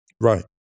right